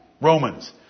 Romans